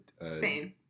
Spain